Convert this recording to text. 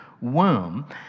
womb